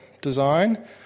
design